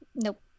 nope